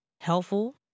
helpful